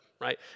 right